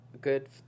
Good